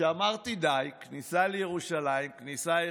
וכשאמרתי די, הכניסה לירושלים, הכניסה היחידה,